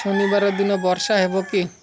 ଶନିବାର ଦିନ ବର୍ଷା ହେବ କି